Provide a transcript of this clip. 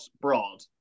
broad